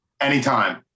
Anytime